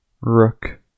Rook